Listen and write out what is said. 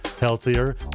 Healthier